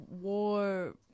war